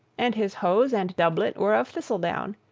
and his hose and doublet were of thistledown,